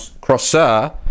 Crosser